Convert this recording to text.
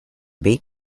bait